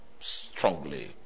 strongly